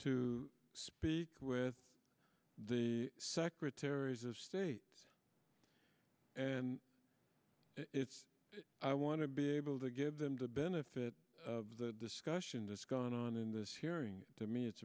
to speak with the secretaries of state and it's i want to be able to give them the benefit of the discussion that's going on in this hearing to me it's